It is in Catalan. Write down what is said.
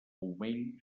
pomell